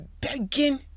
begging